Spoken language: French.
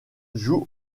joue